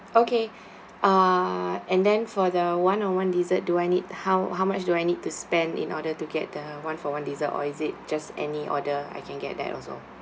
okay uh and then for the one on one dessert do I need how how much do I need to spend in order to get the one for one dessert or is it just any order I can get that also